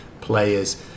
players